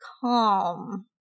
calm